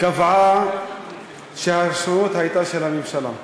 קבע שהאפשרות הייתה של הממשלה,